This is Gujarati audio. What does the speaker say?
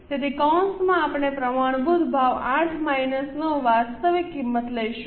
તેથી કૌંસમાં આપણે પ્રમાણભૂત ભાવ 8 માઇનસ 9 વાસ્તવિક કિંમત લઈશું